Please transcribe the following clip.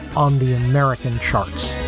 on the american charts